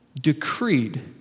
decreed